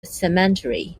cemetery